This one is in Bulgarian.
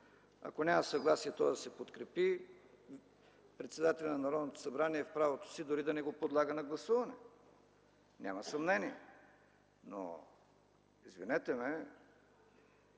Ако няма съгласие то да се подкрепи, председателят на Народното събрание е в правото си дори да подлага на гласуване. Няма съмнение. Но, извинете ме,